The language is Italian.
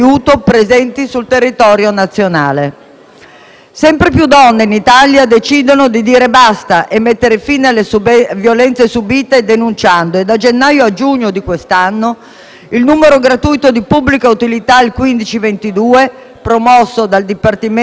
Sempre più donne in Italia decidono di dire basta e mettere fine alle violenze subite denunciando. Da gennaio a giugno di quest'anno il numero gratuito di pubblica utilità (1522), promosso dal Dipartimento per le pari opportunità diversi anni fa